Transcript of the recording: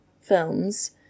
films